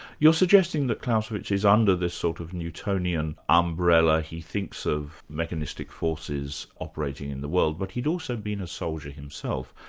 you're suggesting that clausewitz is under this sort of newtonian umbrella, he thinks of mechanistic forces operating in the world, but he'd also been a soldier himself.